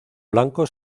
blanco